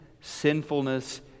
sinfulness